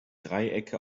dreiecke